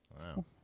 Wow